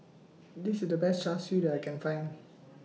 This IS The Best Char Siu that I Can Find